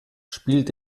spielt